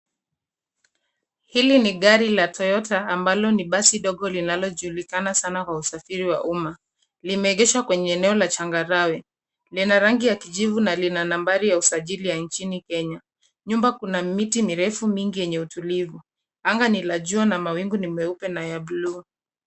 Hili ni gari la toyota ambalo ni basi dogo linalojulikana sana kwa usafiri wa umma limeegeshwa kwenye eneo la changarawe, lina rangi ya kijivu na lina nambari ya usajili ya nchini Kenya ,nyuma kuna miti mirefu mingi yenye utulivu anga ni la jua na mawingu ni mweupe na ya buluu.